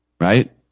right